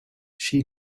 she